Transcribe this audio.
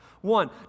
one